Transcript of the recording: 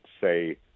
say